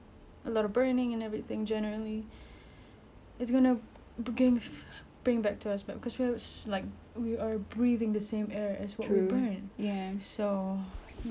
it's gonna brings back to us cause we're like we are breathing the same air as what we burn ya so ya even the icebergs are melting